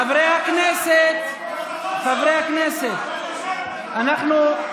חברי הכנסת, חברי הכנסת, אנחנו,